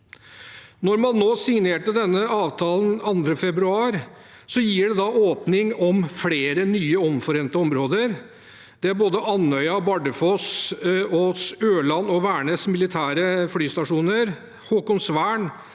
nå har signert denne avtalen 2. februar, gir det åpning for flere nye omforente områder. Det er både Andøya, Bardufoss, Ørland og Værnes militære flystasjoner, Haakonsvern,